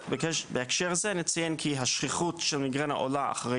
ובהקשר הזה נציין שהשכיחות של מיגרנה עולה אחרי